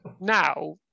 now